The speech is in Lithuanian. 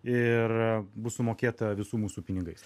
ir bus sumokėta visų mūsų pinigais